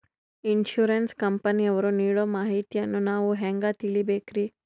Insurance ಕಂಪನಿಯವರು ನೀಡೋ ಮಾಹಿತಿಯನ್ನು ನಾವು ಹೆಂಗಾ ತಿಳಿಬೇಕ್ರಿ?